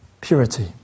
purity